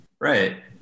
right